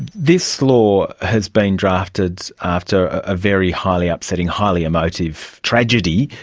this law has been drafted after a very highly upsetting, highly emotive tragedy,